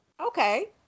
Okay